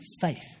faith